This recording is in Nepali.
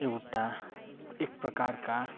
एउटा एक प्रकारका